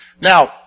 Now